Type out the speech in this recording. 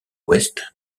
ouest